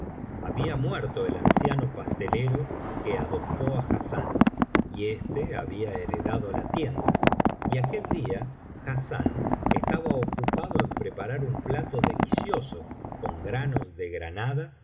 había muerto el anciano pastelero que adoptó á hassán y éste había heredado la tienda y aquel día hassán estaba ocupado en preparar un plato delicioso con granos de granada